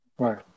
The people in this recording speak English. Right